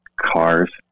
cars